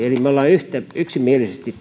eli me olemme yksimielisesti